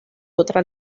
otra